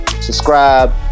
subscribe